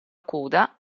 coda